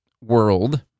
world